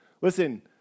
Listen